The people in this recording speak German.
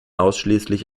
ausschließlich